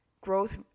Growth